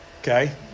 Okay